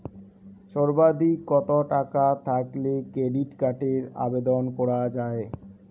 সর্বাধিক কত টাকা থাকলে ক্রেডিট কার্ডের আবেদন করা য়ায়?